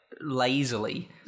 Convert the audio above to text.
lazily